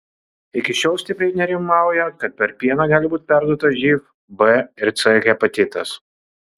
iki šiol stipriai nerimaujama kad per pieną gali būti perduotas živ b ir c hepatitas